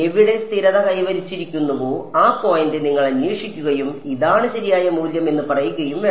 എവിടെ സ്ഥിരത കൈവരിച്ചിരിക്കുന്നുവോ ആ പോയിന്റ് നിങ്ങൾ അന്വേഷിക്കുകയും ഇതാണ് ശരിയായ മൂല്യം എന്ന് പറയുകയും വേണം